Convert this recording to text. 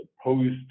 opposed